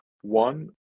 One